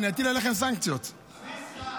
ששי,